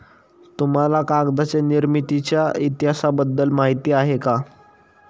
तुम्हाला कागदाच्या निर्मितीच्या इतिहासाबद्दल माहिती आहे का?